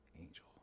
angel